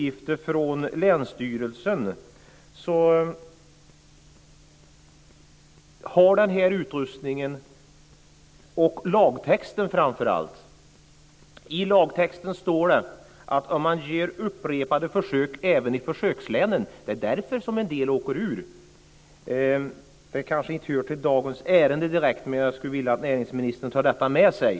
I lagtexten står det om upprepade försök även i försökslänen. Det är därför en del åker ur. Det kanske inte hör till dagens ärende, direkt, men jag skulle vilja att näringsministern tar detta med sig.